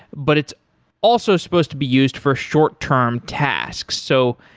but it's also supposed to be used for short-term tasks. so,